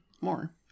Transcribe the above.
more